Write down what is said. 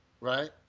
Right